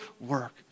work